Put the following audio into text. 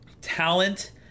talent